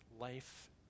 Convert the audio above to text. life